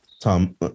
Tom